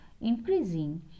increasing